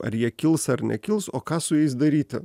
ar jie kils ar nekils o ką su jais daryti